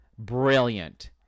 brilliant